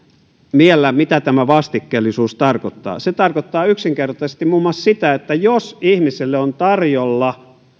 miellä mitä vastikkeellisuus tarkoittaa se tarkoittaa yksinkertaisesti muun muassa sitä että jos ihmiselle on tarjolla